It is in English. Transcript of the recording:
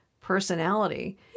personality